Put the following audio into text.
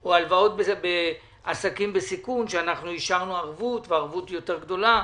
או הלוואות לעסקים בסיכון שאישרנו ערבות והערבות יותר גדולה.